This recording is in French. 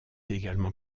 également